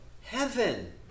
heaven